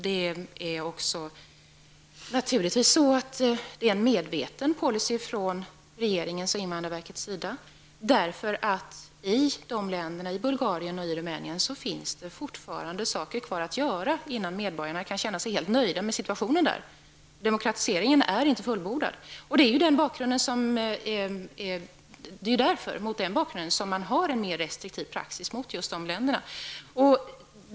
Det är naturligtvis också fråga om en medveten policy från regeringens och invandrarverkets sida. I Bulgarien och Rumänien finns det fortfarande saker kvar att göra innan medborgarna kan känna sig helt nöjda med situationen där. Demokratiseringen är inte fullbordad. Det är mot den bakgrunden som man har en mera restriktiv praxis gentemot just de länderna.